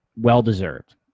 Well-deserved